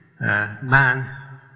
man